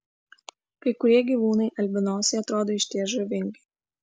kai kurie gyvūnai albinosai atrodo išties žavingai